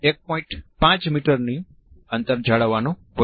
5 મીટરનું અંતર જાળવવાનું હોય છે